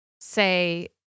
say